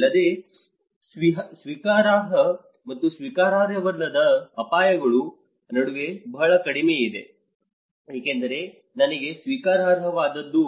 ಅಲ್ಲದೆ ಸ್ವೀಕಾರಾರ್ಹ ಮತ್ತು ಸ್ವೀಕಾರಾರ್ಹವಲ್ಲದ ಅಪಾಯಗಳ ನಡುವೆ ಬಹಳ ಕಡಿಮೆ ತಿಳಿದಿದೆ ಏಕೆಂದರೆ ನನಗೆ ಸ್ವೀಕಾರಾರ್ಹವಾದದ್ದು